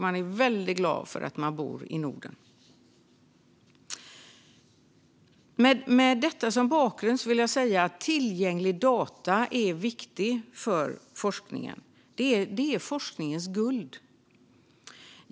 Man är väldigt glad för att man bor i Norden. Med detta som bakgrund vill jag säga att tillgängliga data är viktigt för forskningen. Det är forskningens guld.